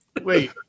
Wait